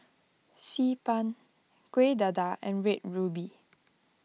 Xi Ban Kueh Dadar and Red Ruby